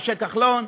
משה כחלון,